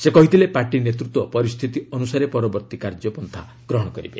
ସେ କହିଥିଲେ ପାର୍ଟି ନେତୃତ୍ୱ ପରିସ୍ଥିତି ଅନୁସାରେ ପରବର୍ତ୍ତୀ କାର୍ଯ୍ୟପନ୍ଥା ଗ୍ରହଣ କରିବେ